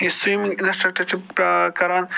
یہِ swimming instructor چھِ کران